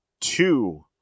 two